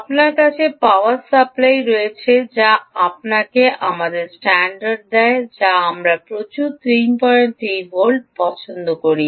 আপনার কাছে power supply block রয়েছে যা আপনাকে আমাদের স্ট্যান্ডার্ড দেয় যা আমরা প্রচুর 33 ভোল্ট পছন্দ করি